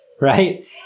right